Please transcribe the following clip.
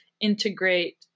integrate